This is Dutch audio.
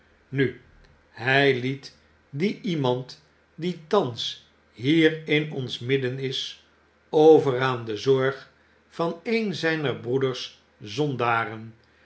nu hy liet die iemand die thans hier in ons midden is over aan de zorg van een zyner broeders zondaren